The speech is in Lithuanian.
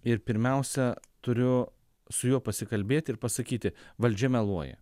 ir pirmiausia turiu su juo pasikalbėti ir pasakyti valdžia meluoja